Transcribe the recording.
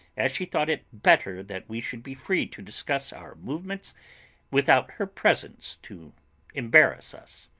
as she thought it better that we should be free to discuss our movements without her presence to embarrass us.